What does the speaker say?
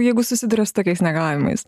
jeigu susiduria su tokiais negalavimais